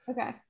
Okay